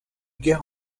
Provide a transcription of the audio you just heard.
guerre